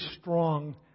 strong